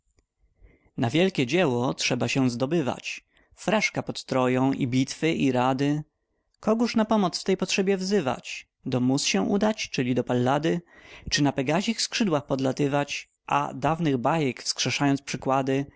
na wielkie dzieło trzeba się zdobywać fraszka pod troją i bitwy i rany kogoż na pomoc w tej potrzebie wzywać do muz się udać czyli do pallady czy na pegazich skrzydłach podlatywać a dawnych bajek wskrzeszając przykłady